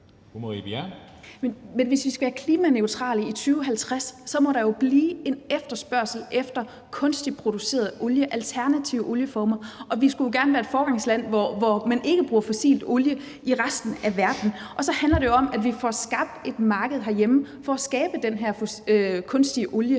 hvis vi skal være klimaneutrale i 2050, må der jo blive en efterspørgsel på kunstigt produceret olie, altså alternative olieformer. Og vi skulle jo gerne være et foregangsland, hvor man ikke bruger fossil olie, for resten af verden. Og så handler det jo om, at vi får skabt et marked herhjemme for at skabe den her kunstige olie,